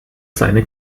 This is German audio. seine